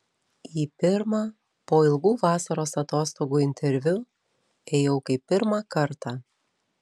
į pirmą po ilgų vasaros atostogų interviu ėjau kaip pirmą kartą